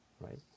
right